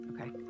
okay